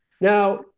Now